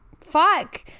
fuck